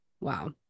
Wow